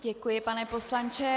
Děkuji, pane poslanče.